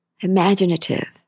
imaginative